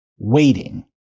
waiting